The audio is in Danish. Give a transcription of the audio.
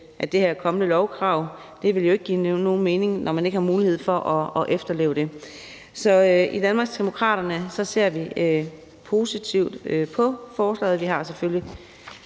at det her kommende lovkrav jo ikke vil give nogen mening, når man ikke har mulighed for at efterleve det. Så i Danmarksdemokraterne ser vi positivt på forslaget. Vi har selvfølgelig